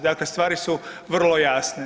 Dakle, stvari su vrlo jasne.